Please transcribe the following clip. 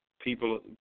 people